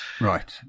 Right